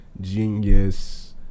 genius